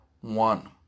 one